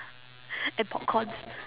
and popcorn